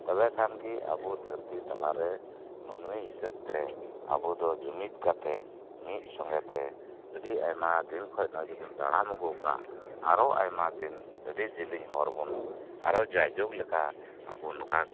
ᱛᱚᱵᱮ ᱠᱷᱟᱱ ᱜᱮ ᱟᱵᱚ ᱫᱷᱟᱹᱨᱛᱤ ᱛᱟᱞᱟᱨᱮ ᱦᱤᱥᱟᱹᱵ ᱛᱮ ᱡᱩᱢᱤᱫ ᱠᱟᱛᱮᱫ ᱢᱤᱫ ᱥᱚᱸᱜᱮᱛᱮ ᱟᱹᱰᱤ ᱟᱭᱢᱟ ᱫᱤᱱ ᱠᱷᱚᱡ ᱱᱚᱜ ᱚᱭ ᱡᱮᱢᱚᱱ ᱛᱟᱲᱟᱢ ᱟᱹᱜᱩ ᱟᱠᱟᱫ ᱟᱨᱚ ᱟᱭᱢᱟ ᱫᱤᱱ ᱟᱹᱰᱤ ᱡᱤᱞᱤᱧ ᱦᱚᱨ ᱟᱨᱚ ᱡᱟᱡᱩᱜ ᱞᱮᱠᱟ ᱟᱵᱚ ᱱᱚᱠᱟ